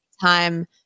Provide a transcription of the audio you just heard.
time